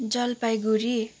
Jalpaiguri